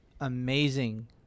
amazing